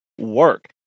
work